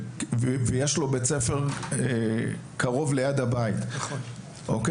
ויש לו בית ספר קרוב ליד הבית הוא לא יקבל.